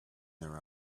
their